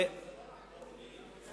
כבוד השר, זה לא רק לעולים.